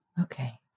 Okay